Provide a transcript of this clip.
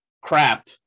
crap